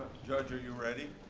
judge, are you ready?